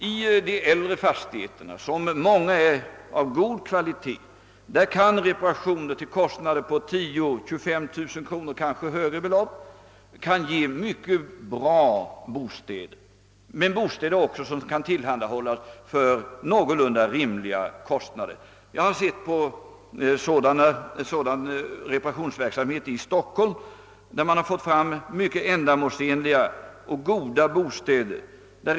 I de äldre fastigheterna, som många gånger är av god kvalitet, kan reparationer för en kostnad på 10 000—25 000 kronor eller kanske något högre belopp ge mycket bra bostäder — och bostäder som också kan tillhandahållas för någorlunda rimliga kostnader. Jag har sett på sådan reparationsverksamhet i Stockholm, där man fått fram mycket ändamålsenliga och goda bostäder.